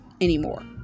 Anymore